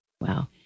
Wow